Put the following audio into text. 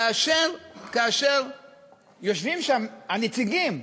כאשר יושבים שם הנציגים,